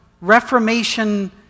Reformation